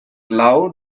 love